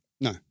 No